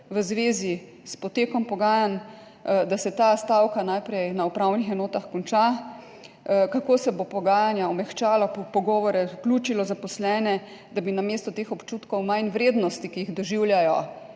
v zvezi s potekom pogajanj, da se ta stavka najprej na upravnih enotah konča? Kako se bo pogajanja omehčalo, v pogovore vključilo zaposlene, da bi namesto teh občutkov manjvrednosti, ki jih doživljajo,